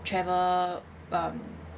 travel um